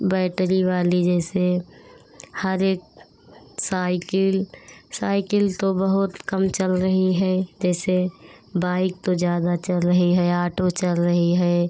battery वाली जैसे हर एक साइकिल साइकिल तो बहुत कम चल रही है जैसे बाइक तो ज़्यादा चल रही है आटो चल रहा है